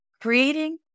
Creating